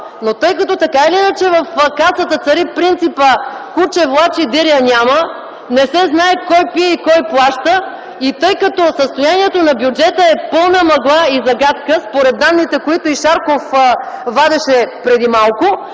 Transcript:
Но тъй като, така или иначе, в Касата цари принципът „куче влачи диря няма”, не се знае кой пие и кой плаща, и тъй като състоянието на бюджета е пълна мъгла и загадка, според данните, които и Шарков вадеше преди малко,